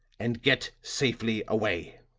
and get safely away.